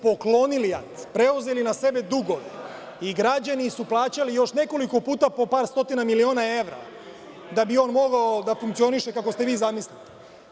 Preuzeli na sebe dugove i građani su plaćali još nekoliko puta po par stotina miliona evra da bi on mogao da funkcioniše kako ste vi zamislili.